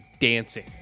dancing